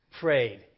prayed